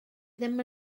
ddim